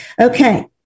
Okay